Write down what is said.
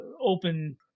open